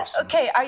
Okay